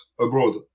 abroad